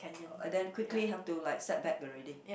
and then quickly have to like set back already